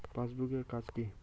Passbook এর কাজ কি?